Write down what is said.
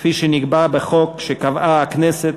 כפי שנקבע בחוק שקבעה הכנסת,